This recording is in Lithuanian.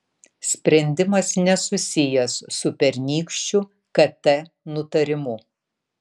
spendimas nesusijęs su pernykščiu kt nutarimu